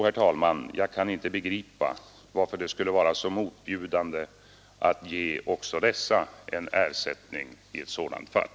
Jag kan, herr talman, inte begripa varför det skulle vara så motbjudande att ge också dessa en ersättning i ett sådant fall.